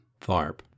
Tharp